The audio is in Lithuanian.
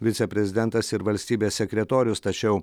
viceprezidentas ir valstybės sekretorius tačiau